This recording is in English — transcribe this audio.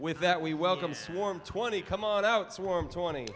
with that we welcome swarm twenty